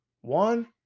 One